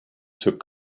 took